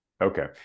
okay